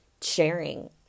sharing